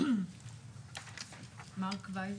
מרק וייזר.